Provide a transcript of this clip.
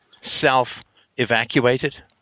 self-evacuated